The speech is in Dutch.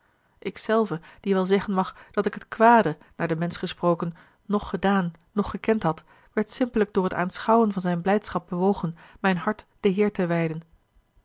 zelve die wel zeggen mag dat ik het kwade naar den mensch gesproken noch gedaan noch gekend had werd simpellijk door t aanschouwen van zijne blijdschap bewogen mijn hart den heere te wijden